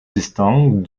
distingue